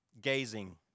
gazing